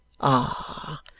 Ah